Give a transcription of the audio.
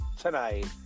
tonight